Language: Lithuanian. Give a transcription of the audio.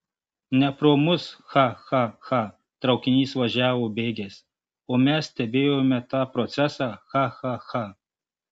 ne pro mus cha cha cha traukinys važiavo bėgiais o mes stebėjome tą procesą cha cha cha